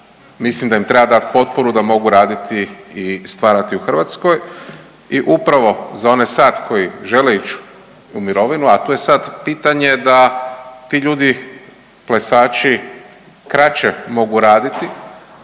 mislim da im treba dat potporu da mogu raditi i stvarati u Hrvatskoj i upravo za one sad koji žele ić u mirovinu, a tu je sad pitanje da ti ljudi plesači kraće mogu raditi,